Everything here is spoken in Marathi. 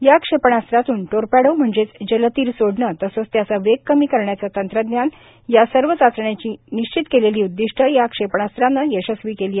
या क्षेपणास्त्रातून टॉरपेडो म्हणजेच जलतीर सोडणे तसेच त्याचा वेग कमी करण्याचे तंत्रज्ञान व्हीआरएम या सर्व चाचण्यांची निश्चित केलेली उद्दिष्टे या क्षेपणास्त्राने यशस्वी केली आहेत